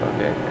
Okay